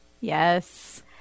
Yes